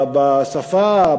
בשפה,